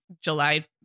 July